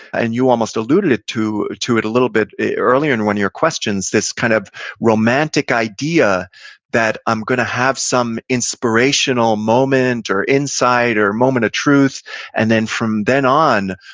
and you almost alluded to to it little bit earlier in when your questions, this kind of romantic idea that i'm going to have some inspirational moment or inside or moment of truth and then from then on,